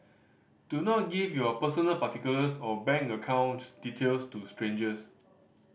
do not give your personal particulars or bank account details to strangers